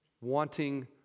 wanting